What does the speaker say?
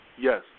yes